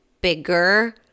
bigger